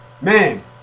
man